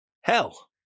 Hell